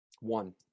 One